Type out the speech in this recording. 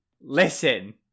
listen